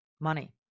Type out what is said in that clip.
money